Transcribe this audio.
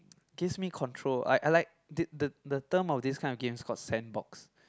gives me control I I like the the the term of this kind of games called sandbox